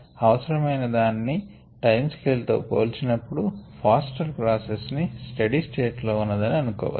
అవసరమయిన దాని time scale తో పోల్చినపుడు ఫాస్టర్ ప్రాసెస్ ని స్టెడీ స్టేట్ లో ఉన్నదని అనుకోవచ్చు